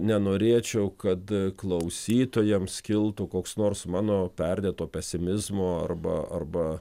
nenorėčiau kad klausytojams kiltų koks nors mano perdėto pesimizmo arba arba